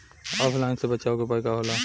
ऑफलाइनसे बचाव के उपाय का होला?